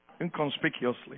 inconspicuously